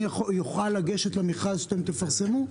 אוכל לגשת למכרז שתפרסמו 24/7?